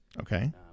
Okay